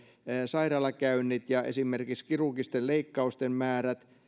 sairaalakäynnit ja esimerkiksi kirurgisten leikkausten määrät